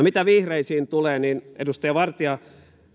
mitä vihreisiin tulee edustaja vartia